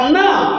now